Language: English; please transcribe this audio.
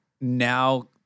now